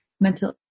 mental